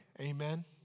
Amen